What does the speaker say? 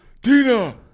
Tina